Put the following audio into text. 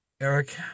Eric